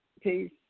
peace